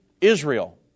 Israel